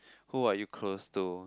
who are you close to